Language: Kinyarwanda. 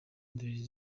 indorerezi